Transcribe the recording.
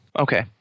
Okay